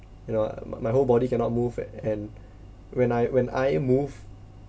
you know ah my whole body cannot move a~ and when I when I move